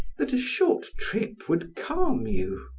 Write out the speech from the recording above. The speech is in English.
that a short trip would calm you.